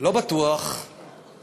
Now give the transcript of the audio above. לא בטוח שאני